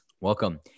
welcome